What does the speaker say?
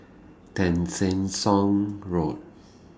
Tessensohn Road